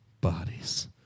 bodies